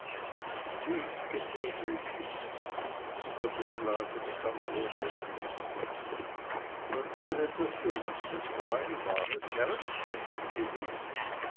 tief gedemütigt und niedergeschlagen kam uli heim nun wäre das für manche frau ein wahres herrenfressen gewesen